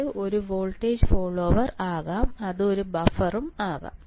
അത് ഒരു voltage follower ആകാം അത് ഒരു ബഫറും ആകാം